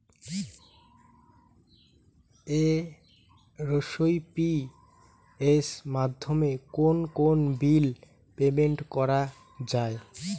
AEPS মাধ্যমে কোন কোন বিল পেমেন্ট করা যায়?